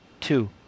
Two